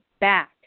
back